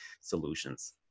solutions